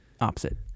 opposite